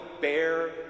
bear